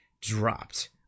dropped